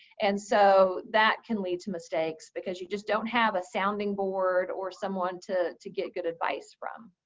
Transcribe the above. and so, that can lead to mistakes, because you just don't have a sounding board or someone to to get good advice from.